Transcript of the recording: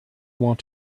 want